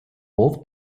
both